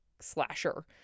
slasher